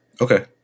Okay